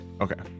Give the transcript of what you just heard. Okay